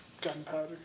gunpowder